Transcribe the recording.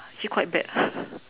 actually quite bad